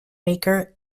maker